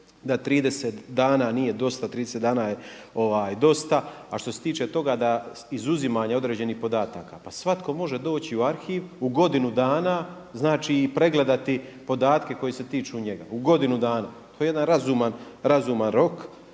da 30 dana nije dosta, 30 dana dosta. A što se tiče toga da, izuzimanje određenih podataka, pa svatko može doći u arhiv u godinu dana znači i pregledati podatke koji se tiču njega. U godinu dana, to je jedan razuman,